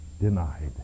denied